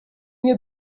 nie